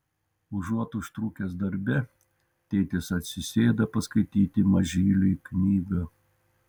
užuot užtrukęs darbe tėtis atsisėda paskaityti mažyliui knygą